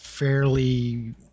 fairly